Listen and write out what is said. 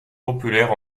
populaire